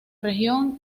región